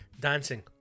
Dancing